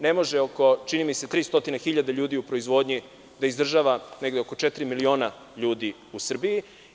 Ne može, čini mi se oko tri stotine hiljada ljudi u proizvodnji da izdržava negde oko četiri miliona ljudi u Srbiji.